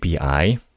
API